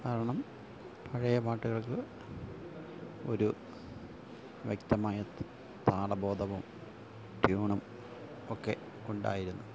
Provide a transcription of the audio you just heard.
കാരണം പഴയ പാട്ടുകൾക്ക് ഒരു വ്യക്തമായ താള ബോധവും ട്യൂണും ഒക്കെ ഉണ്ടായിരുന്നു